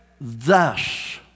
thus